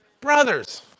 brothers